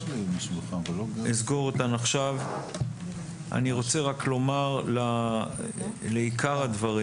אני רוצה לומר לעיקר הדברים.